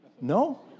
No